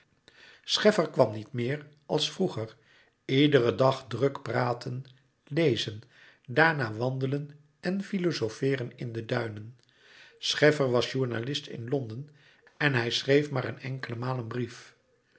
scheffer kwam niet meer als vroeger iederen dag druk praten lezen daarna wandelen en filozofeeren in de duinen scheffer was journalist in londen en schreef maar een enkele maal een brief